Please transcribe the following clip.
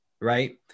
Right